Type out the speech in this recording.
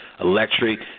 Electric